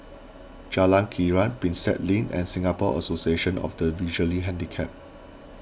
Jalan Krian Prinsep Link and Singapore Association of the Visually Handicapped